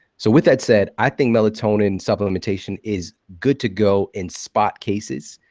so with that said, i think melatonin supplementation is good to go in spot cases,